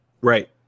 Right